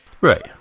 Right